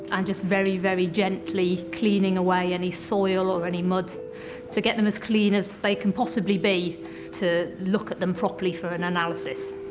and just very, very gently cleaning away any soil or any mud to get them as clean as they can possibly be to look at them properly for an analysis.